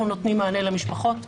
אנחנו נותנים מענה למשפחות,